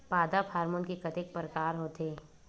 पादप हामोन के कतेक प्रकार के होथे?